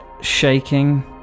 shaking